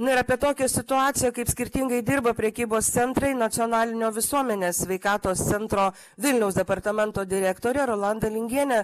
na ir apie tokią situaciją kaip skirtingai dirba prekybos centrai nacionalinio visuomenės sveikatos centro vilniaus departamento direktorė rolanda lingienė